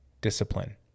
discipline